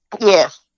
Yes